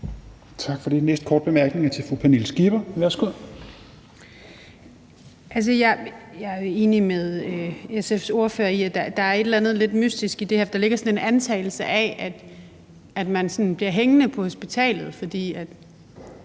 Tak for det. Den næste korte bemærkning er til fru Pernille Skipper. Værsgo. Kl. 16:37 Pernille Skipper (EL): Jeg er enig med SF's ordfører i, at der er et eller andet lidt mystisk i det, at der ligger sådan en antagelse af, at man bliver hængende på hospitalet,